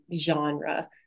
genre